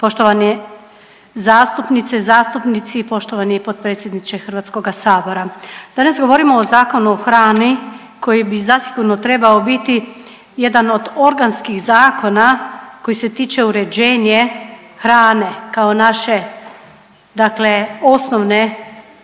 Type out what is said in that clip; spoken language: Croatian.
Poštovane zastupnice i zastupnici, poštovani potpredsjedniče Hrvatskoga sabora. Danas govorimo o Zakonu o hrani koji i zasigurno trebao biti jedan od organskih zakona kojeg se tiče uređenje hrane kao naše dakle